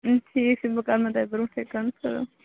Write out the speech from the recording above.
ٹھیٖک چھُ بہٕ کَرمو تۄہہِ برٛونٛٹھٕے کَنفٲ